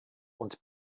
und